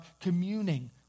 communing